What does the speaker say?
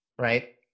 Right